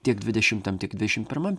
tiek dvidešimtam tiek dvidešimt pirmam